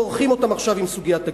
מורחים אותם עכשיו עם סוגיית הגיור.